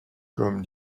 comme